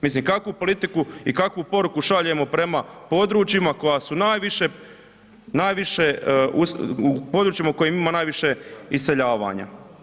Mislim kakvu politiku i kakvu poruku šaljemo prema područjima koja su najviše, najviše, područjima u kojima ima najviše iseljavanja.